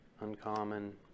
Uncommon